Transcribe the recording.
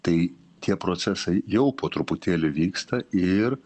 tai tie procesai jau po truputėlį vyksta ir